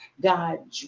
God